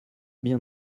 bien